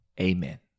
Amen